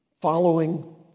following